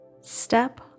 Step